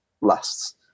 lasts